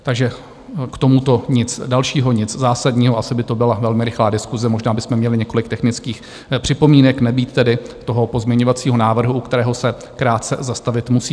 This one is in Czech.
Takže k tomuto nic dalšího zásadního, asi by to byla velmi rychlá diskuse, možná bychom měli několik technických připomínek, nebýt tedy toho pozměňovacího návrhu, u kterého se krátce zastavit musím.